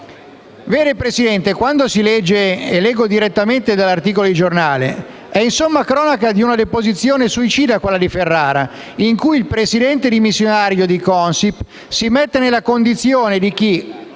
fatto diventare il nostro. Leggo direttamente dall'articolo di giornale: «È insomma la cronaca di una deposizione suicida quella di Ferrara. In cui il presidente dimissionario di Consip si mette nella condizione di chi